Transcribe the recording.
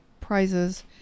prizes